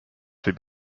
võib